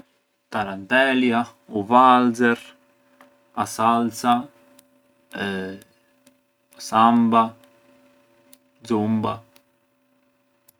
Tarantelja, u valxer, a salsa, samba, xumba.